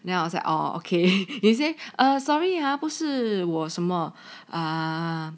then I was like oh okay you say uh sorry 还不是我什么啊